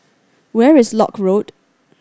where is Lock Road